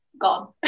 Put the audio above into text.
gone